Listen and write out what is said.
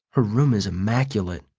her room is immaculate.